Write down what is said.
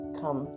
come